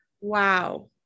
Wow